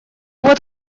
вот